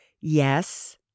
yes